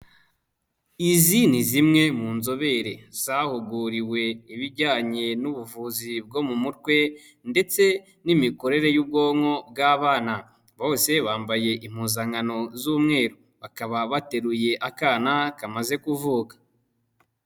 Izi ni zimwe mu nzobere zahuguriwe ibijyanye n'ubuvuzi bwo mu mutwe ndetse n'imikorere y'ubwonko bw'abana, bose bambaye impuzankano z'umweru, bakaba bateruye akana kamaze kuvuka.